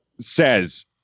says